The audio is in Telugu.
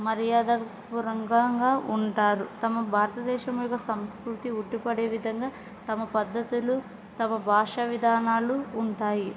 మర్యాద పూర్వకంగా ఉంటారు తమ భారతదేశం యొక్క సంస్కృతి ఉట్టిపడే విధంగా తమ పద్ధతులు తమ భాషా విధానాలు ఉంటాయి